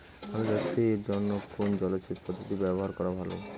আলু চাষের জন্য কোন জলসেচ পদ্ধতি ব্যবহার করা ভালো?